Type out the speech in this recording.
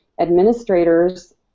administrators